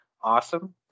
awesome